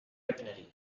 weaponry